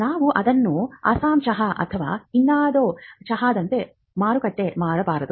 ನಾವು ಅದನ್ನು ಅಸ್ಸಾಂ ಚಹಾ ಅಥವಾ ಇನ್ನಾವುದೇ ಚಹಾದಂತೆ ಮಾರಾಟ ಮಾಡಬಾರದು